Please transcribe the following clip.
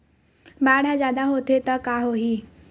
बाढ़ ह जादा होथे त का होही?